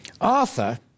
Arthur